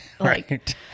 right